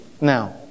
Now